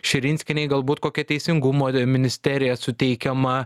širinskienei galbūt kokia teisingumo ministerija suteikiama